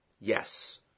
Yes